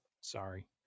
Sorry